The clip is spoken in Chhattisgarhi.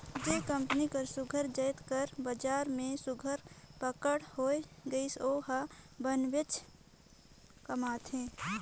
जेन कंपनी कर सुग्घर जाएत कर बजार में सुघर पकड़ होए गइस ओ हर बनेचपन कमाथे